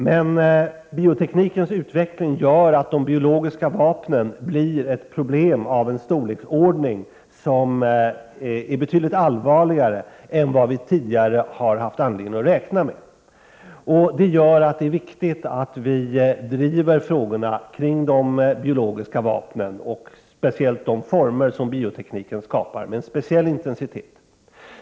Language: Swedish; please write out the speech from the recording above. Men bioteknikens utveckling gör att de biologiska vapnen blir ett problem som är betydligt allvarligare än vi tidigare har haft anledning att räkna med. Därför är det viktigt att vi driver frågorna kring de biologiska vapnen, speciellt de former som skapas genom biotekniken, med en speciell intensitet.